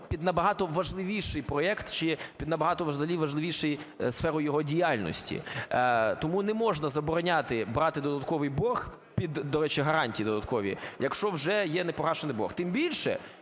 під набагато важливіший проект чи під набагато взагалі важливішу сферу його діяльності. Тому не можна забороняти брати додатковий борг під, до речі, гарантії додаткові, якщо вже є непогашений борг. Тим більше,